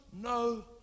no